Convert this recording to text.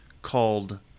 called